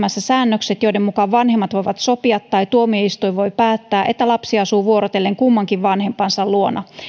lisäämässä säännökset joiden mukaan vanhemmat voivat sopia tai tuomioistuin voi päättää että lapsi asuu vuorotellen kummankin vanhempansa luona